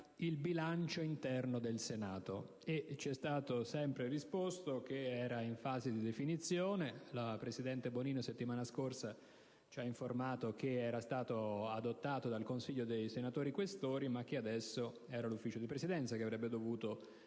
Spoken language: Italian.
il bilancio interno del Senato; ci è stato sempre risposto che era in fase di definizione. La VICE presidente Bonino, la settimana scorsa, ci ha informato che era stato adottato dal Collegio dei senatori Questori e che era il Consiglio di Presidenza a dover